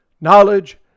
knowledge